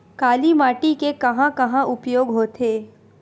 काली माटी के कहां कहा उपयोग होथे?